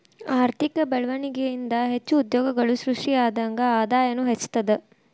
ಆರ್ಥಿಕ ಬೆಳ್ವಣಿಗೆ ಇಂದಾ ಹೆಚ್ಚು ಉದ್ಯೋಗಗಳು ಸೃಷ್ಟಿಯಾದಂಗ್ ಆದಾಯನೂ ಹೆಚ್ತದ